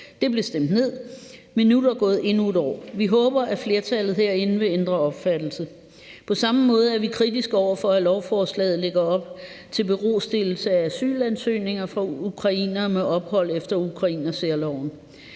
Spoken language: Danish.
De blev stemt ned, men nu er der gået endnu et år. Vi håber, at flertallet herinde vil ændre opfattelse. På samme måde er vi kritiske over for, at lovforslaget lægger op til en berostillelse af asylansøgninger fra ukrainere med ophold efter ukrainersærloven.